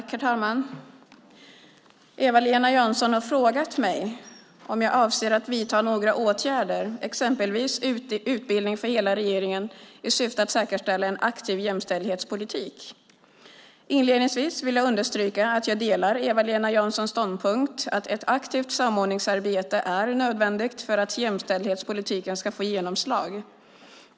Herr talman! Eva-Lena Jansson har frågat mig om jag avser att vidta några åtgärder, exempelvis utbildning för hela regeringen, i syfte att säkerställa en aktiv jämställdhetspolitik. Inledningsvis vill jag understryka att jag delar Eva-Lena Janssons ståndpunkt att ett aktivt samordningsarbete är nödvändigt för att jämställdhetspolitiken ska få genomslag.